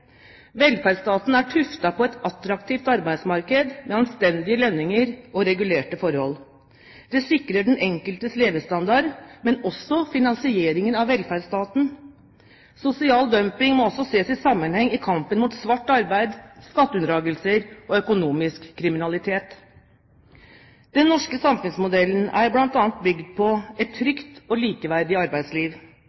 Velferdsstaten er tuftet på et attraktivt arbeidsmarked med anstendige lønninger og regulerte forhold. Det sikrer den enkeltes levestandard, men også finansieringen av velferdsstaten. Sosial dumping må også ses i sammenheng med kampen mot svart arbeid, skatteunndragelser og økonomisk kriminalitet. Den norske samfunnsmodellen er bl.a. bygd på et